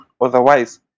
Otherwise